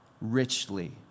richly